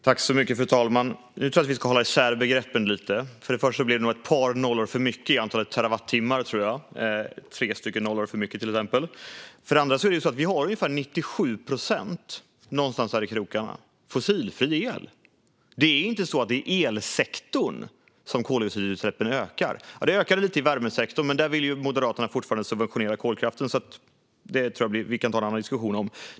Fru talman! Nu tror jag att vi ska hålla isär begreppen lite. För det första blev det nog tre nollor för mycket när det gällde antalet terawattimmar. För det andra har vi ungefär 97 procent, någonstans där i krokarna, fossilfri el. Det är inte i elsektorn som koldioxidutsläppen ökar. De har ökat lite i värmesektorn, men där vill ju Moderaterna fortfarande subventionera kolkraften, så det tror jag att vi kan ha en annan diskussion om.